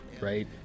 right